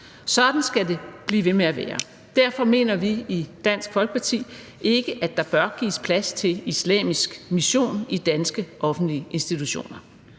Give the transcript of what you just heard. Sådan skal det blive ved med at være. Derfor mener vi i Dansk Folkeparti ikke, at der bør gives plads til islamisk mission i danske offentlige institutioner.